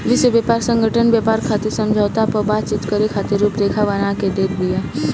विश्व व्यापार संगठन व्यापार खातिर समझौता पअ बातचीत करे खातिर रुपरेखा बना के देत बिया